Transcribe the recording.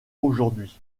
aujourd’hui